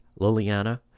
liliana